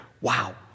wow